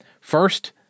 First